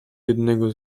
jednego